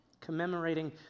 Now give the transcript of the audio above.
commemorating